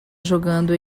jogando